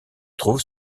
trouve